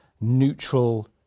neutral